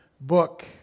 book